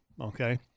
okay